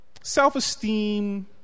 self-esteem